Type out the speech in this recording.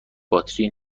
باتری